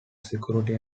security